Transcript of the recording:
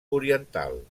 oriental